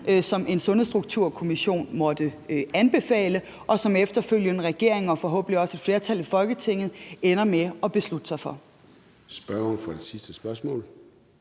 som en sundhedsstrukturkommission måtte komme med, og som en efterfølgende regering og forhåbentlig også et flertal i Folketinget ender med at beslutte sig for.